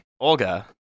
Olga